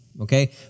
okay